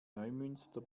neumünster